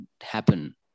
happen